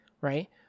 right